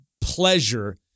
pleasure